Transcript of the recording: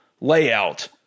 layout